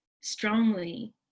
strongly